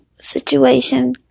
situation